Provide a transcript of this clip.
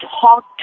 talk